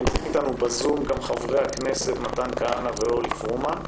נמצאים איתנו בזום גם חברי הכנסת מתן כהנא ואורלי פרומן.